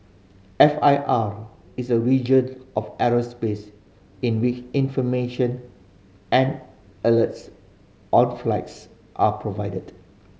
F I R is a region of airspace in which information and alerts out flights are provided